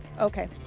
okay